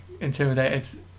intimidated